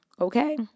okay